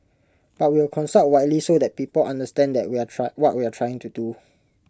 but we'll consult widely so that people understand that we're try what we're trying to do